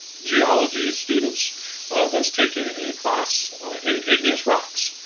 geology students that is taking a class in igneous rocks.